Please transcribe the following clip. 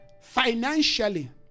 financially